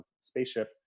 Spaceship